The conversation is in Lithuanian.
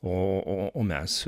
o o o mes